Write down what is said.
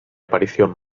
aparición